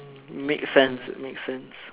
make sense make sense